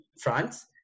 France